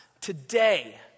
today